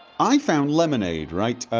i found lemonade, right? ah,